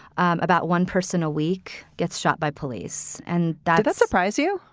about one person a week gets shot by police. and does that surprise you?